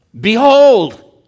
behold